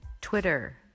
Twitter